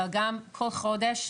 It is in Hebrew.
אבל גם כל חודש,